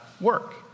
work